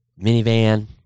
minivan